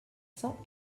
cents